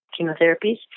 chemotherapies